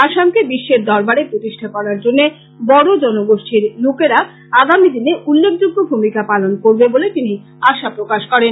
আসামকে বিশ্বের দরবারে প্রতিষ্ঠা করার জন্য বড়ো জনগোষ্ঠীর লোকেরা আগামী দিনে উল্লেখযোগ্য ভূমিকা পালন করবে বলে তিনি আশা প্রকাশ করেন